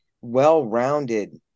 well-rounded